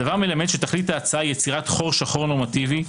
הדבר מלמד שתכלית ההצעה היא יצירת חור שחור נורמטיבי,